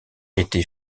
était